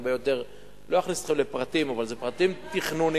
אני לא אכניס אתכם לפרטים, אלה פרטים תכנוניים.